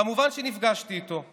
כמובן שנפגשתי איתו.